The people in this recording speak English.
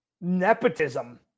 nepotism